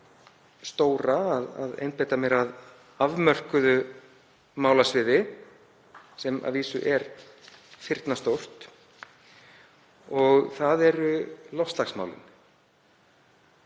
stóra, að einbeita mér að afmörkuðu málasviði sem að vísu er firnastórt og það eru loftslagsmálin.